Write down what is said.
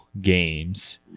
games